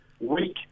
week